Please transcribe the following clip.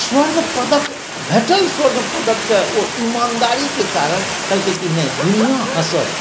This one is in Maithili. स्वर्ण पदक भेटल स्वर्ण पदकके ओ ईमानदारीके कारण कहलकै कि नहि दुनिया हँसत